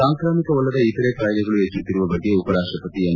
ಸಾಂಕ್ರಾಮಿಕವಲ್ಲದ ಇತರೆ ಕಾಯಿಲೆಗಳು ಹೆಚ್ಚುತ್ತಿರುವ ಬಗ್ಗೆ ಉಪರಾಷ್ಟಪತಿ ಎಂ